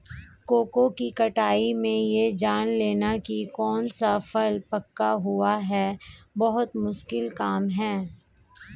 cocoa की कटाई में यह जान लेना की कौन सा फल पका हुआ है बहुत मुश्किल काम है